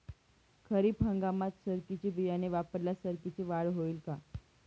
खरीप हंगामात सरकीचे बियाणे वापरल्यास सरकीची वाढ होईल का?